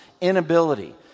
inability